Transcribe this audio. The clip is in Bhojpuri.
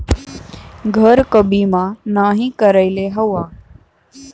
घर क बीमा नाही करइले हउवा